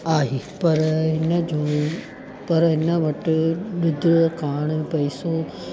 आहे पर हिनजो पर हिन वटि ॾुध खाइण पैसो